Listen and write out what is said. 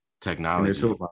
technology